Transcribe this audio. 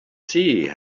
sea